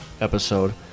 episode